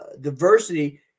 diversity